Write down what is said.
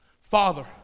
Father